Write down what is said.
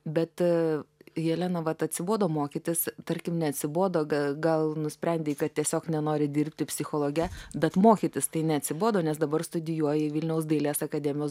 bet helena vat atsibodo mokytis tarkim neatsibodo ga gal nusprendei kad tiesiog nenori dirbti psichologe bet mokytis tai neatsibodo nes dabar studijuoji vilniaus dailės akademijos